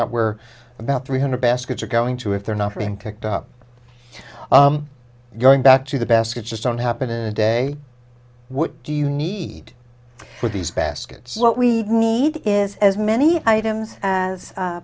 out where about three hundred baskets are going to if they're not being kicked up going back to the baskets just don't happen in a day what do you need for these baskets what we need is as many items as